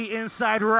inside